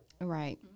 Right